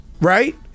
right